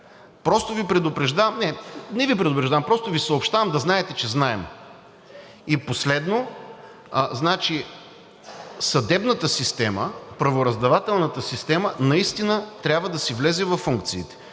Просто Ви предупреждавам – не, не Ви предупреждавам, просто Ви съобщавам – да знаете, че знаем. И последно, съдебната система, правораздавателната система наистина трябва да си влезе във функциите.